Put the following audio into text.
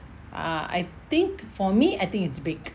err I think for me I think it's big